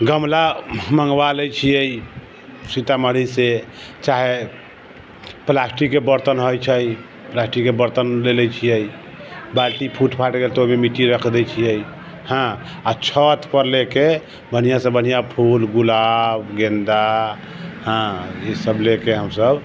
गमला मँगवा लै छियै सीतामढ़ी से चाहे प्लास्टिक के बर्तन होइ छै प्लास्टिक के बर्तन ले लै छियै बाल्टी फूट फाट गेल तऽ ओहिमे मिट्टी रख दै छियै हँ आ छत पर लेके बढ़िऑं से बढ़िऑं फूल गुलाब गेंदा हँ इसब लेके हमसब